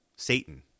Satan